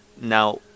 now